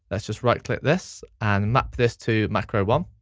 let's just right-click this, and map this to macro one,